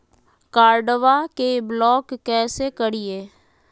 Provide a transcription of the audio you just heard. कार्डबा के ब्लॉक कैसे करिए?